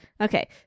Okay